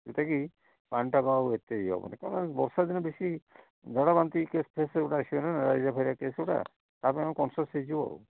ଯେଉଁଟାକି ପାଣିଟା ଆଉ ଏତେ ଆଉ ଇଏ ହେବନି କାରଣ ବର୍ଷାଦିନେ ବେଶୀ ଝାଡ଼ାବାନ୍ତି ନ କେସ୍ ଫେସ୍ ଗୁଡ଼ା ଏସବୁ ହୁଏ ନା ହଇଜା ଫଇଜା କେସ୍ ଗୁରା ତା' ପାଇଁ ଆମେ କନ୍ସିଅସ୍ ହେଇଯିବୁ ଆଉ